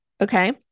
okay